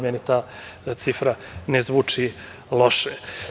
Meni ta cifra ne zvuči loše.